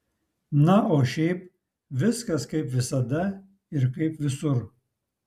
na o šiaip viskas kaip visada ir kaip visur